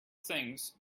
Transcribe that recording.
things